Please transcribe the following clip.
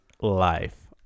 life